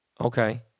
Okay